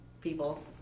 people